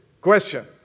Question